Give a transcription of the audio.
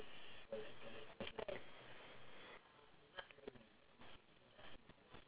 and he opened a company to teach other individuals how to make videos like him